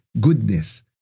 goodness